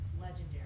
legendary